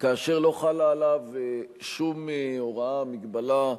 שבו לא חלה עליו שום הוראה, מגבלה,